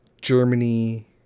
Germany